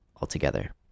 altogether